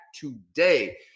today